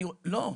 לא.